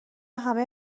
همه